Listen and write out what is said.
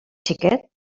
xiquet